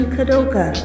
Kadoga